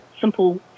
simple